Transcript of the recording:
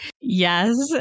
Yes